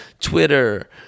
Twitter